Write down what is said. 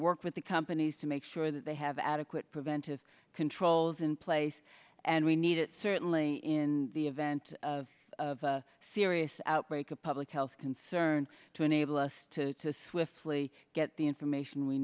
work with the companies to make sure that they have adequate preventive controls in place and we need it certainly in the event of a serious outbreak a public health concern to enable us to swiftly get the information we